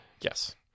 yes